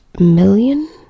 million